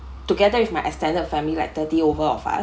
together with if my extended family like thirty over of us